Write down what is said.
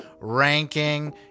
ranking